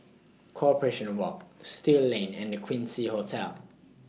Corporation Walk Still Lane and The Quincy Hotel